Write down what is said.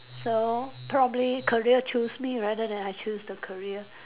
so probably career choose me rather than I choose the career